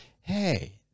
hey